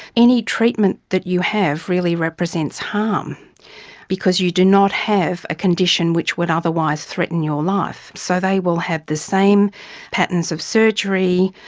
any treatment that you have really represents harm because you do not have a condition which would otherwise threaten your life. so they will have the same patterns of surgery,